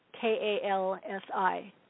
K-A-L-S-I